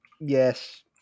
Yes